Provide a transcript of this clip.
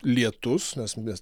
lietus mes mes